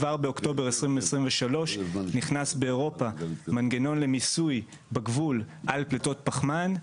כבר באוקטובר 2023 נכנס באירופה מנגנון למיסוי בגבול על פליטות פחמן.